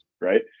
right